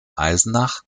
eisenach